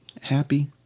happy